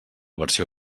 versió